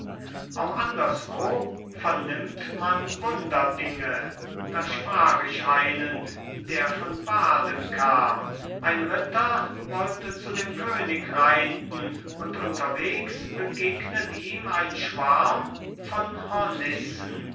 auch anderswo vernimmt man wunderdinge da sprach ich einen der von baden kam ein ritter wollte zu dem könig reiten und unterwegs begegnet ihm ein schwarm von